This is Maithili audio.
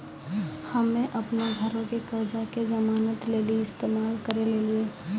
हम्मे अपनो घरो के कर्जा के जमानत लेली इस्तेमाल करि लेलियै